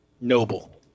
Noble